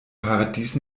paradies